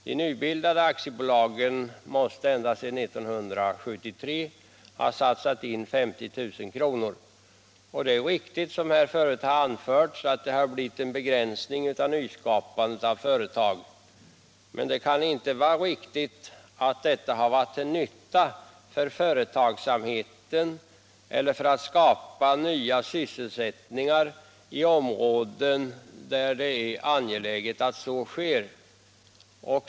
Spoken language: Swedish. De nybildade aktiebolagen måste ända sedan 1973 ha betalt in 50 000 kr. Det är riktigt, som här tidigare har anförts, att det blivit en begränsning av nyskapandet av företag. Men det kan inte vara riktigt att detta har varit till nytta för företagsamheten eller skapat nya sysselsättningar i områden där det är angeläget att så sker.